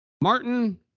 Martin